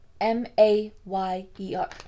M-A-Y-E-R